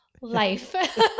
life